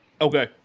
Okay